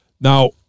Now